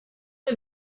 out